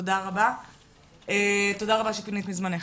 תודה רבה שפינית מזמנך.